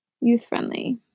youth-friendly